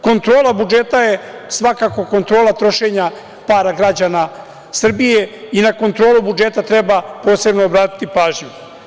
Kontrola budžeta je svakako kontrola trošenja para građana Srbije i na kontrolu budžeta treba posebno obratiti pažnju.